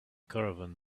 caravan